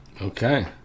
Okay